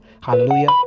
Hallelujah